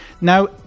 Now